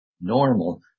Normal